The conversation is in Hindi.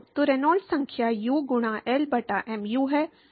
तो रेनॉल्ड्स संख्या U गुणा L बटा mu है